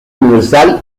universal